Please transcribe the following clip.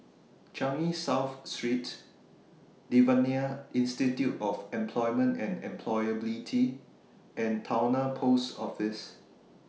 Changi South Street Devan Nair Institute of Employment and Employability and Towner Post Office